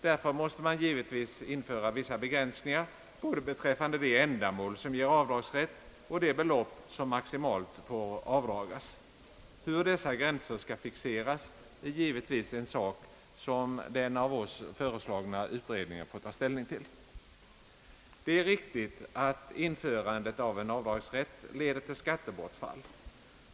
Därför måste man givetvis införa vissa begränsningar både beträffande de ändamål som ger avdragsrätt och de belopp som maximalt får avdragas. Hur dessa gränser skall fixeras är givetvis en sak som den av oss föreslagna utredningen får ta ställning till. Det är riktigt att införandet av en avdragsrätt leder till skattebortfall.